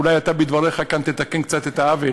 אולי אתה בדבריך כאן תתקן קצת את העוול: